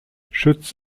schütz